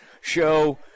Show